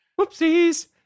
Whoopsies